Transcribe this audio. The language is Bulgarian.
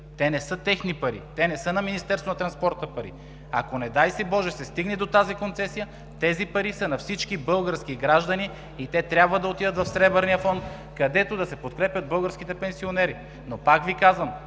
на транспорта пари. Ако, не дай си боже, се стигне до тази концесия, тези пари са на всички български граждани и те трябва да отидат в Сребърния фонд, където да се подкрепят българските пенсионери. Но пак Ви казвам,